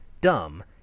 dumb